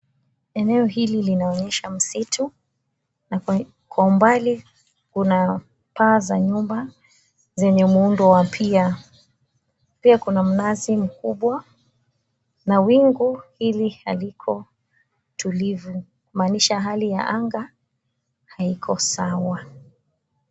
Eneo hili linaonyesha msitu, na kwa umbali kuna paa za nyumba zenye muundo wa pia. Pia kuna mnazi mkubwa na wingu hili haliko tulivu, kumaanisha hali ya anga haiko sawa.